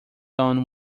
own